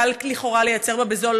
קל לכאורה לייצר בה בזול,